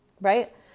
Right